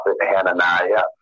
Hananiah